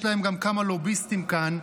יש להם גם כמה לוביסטים כאן,